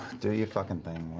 do your fucking thing,